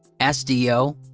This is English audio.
sdo,